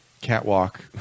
catwalk